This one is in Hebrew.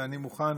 ואני מוכן